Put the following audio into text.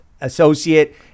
associate